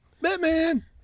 Batman